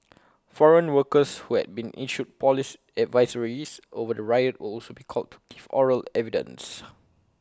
foreign workers who had been issued Police advisories over the riot will also be called to give oral evidence